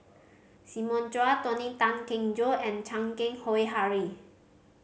Simon Chua Tony Tan Keng Joo and Chan Keng Howe Harry